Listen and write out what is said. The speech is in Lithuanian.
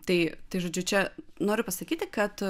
tai tai žodžiu čia noriu pasakyti kad